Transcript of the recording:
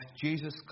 Jesus